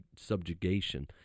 subjugation